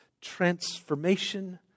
transformation